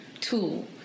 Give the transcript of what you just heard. tool